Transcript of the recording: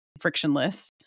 frictionless